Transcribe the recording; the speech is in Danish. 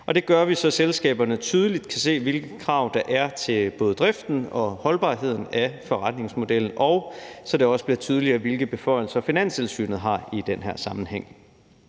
det gør vi, så selskaberne tydeligt kan se, hvilke krav der er til både driften og holdbarheden af forretningsmodellen, og så det også bliver tydeligere, hvilke beføjelser Finanstilsynet har i den her sammenhæng.